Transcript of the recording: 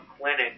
Clinic